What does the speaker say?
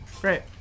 great